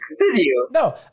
No